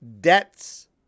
debts